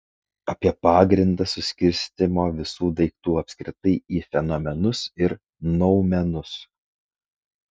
apie pagrindą suskirstymo visų daiktų apskritai į fenomenus ir noumenus